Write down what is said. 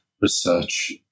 research